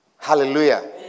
Hallelujah